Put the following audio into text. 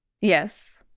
Yes